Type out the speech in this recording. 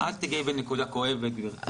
אל תגעי בנקודה כואבת, גברתי.